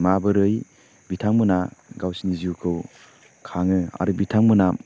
माबोरै बिथांमोना गावसिनि जिउखौ खाङो आरो बिथांमोना